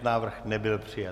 Návrh nebyl přijat.